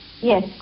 Yes